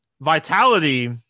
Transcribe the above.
Vitality